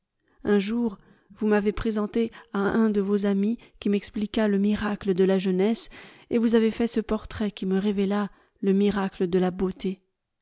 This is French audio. un jour vous m'avez présenté à un de vos amis qui m'expliqua le miracle de la jeunesse et vous avez fait ce portrait qui me révéla le miracle de la beauté